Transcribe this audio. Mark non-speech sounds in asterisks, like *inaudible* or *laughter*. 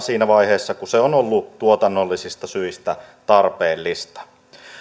*unintelligible* siinä vaiheessa kun se on ollut tuotannollisista syistä tarpeellista